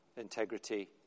integrity